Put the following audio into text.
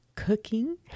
cooking